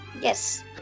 Yes